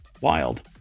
Wild